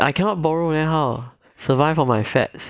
I cannot borrow then how survive on my fats